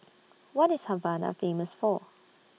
What IS Havana Famous For